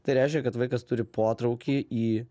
tai reiškia kad vaikas turi potraukį į